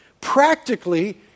practically